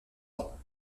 ans